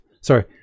Sorry